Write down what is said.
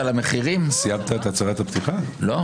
בנושא הצעת חוק-יסוד: השפיטה (תיקון עילת הסבירות).